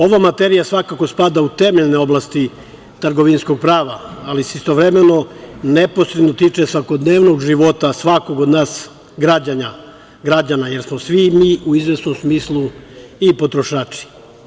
Ova materija svakako spada u temeljne oblasti trgovinskog prava, ali se istovremeno neposredno tiče svakodnevnog života svakog od nas građanina, jer smo svi mi u izvesnom smislu i potrošači.